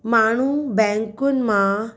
माण्हू बैंकुनि मां